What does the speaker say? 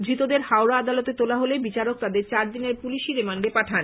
ধৃতদের হাওড়া আদালতে তোলা হলে বিচারক তাদের চারদিনের পুলিশ রিমান্ডে পাঠান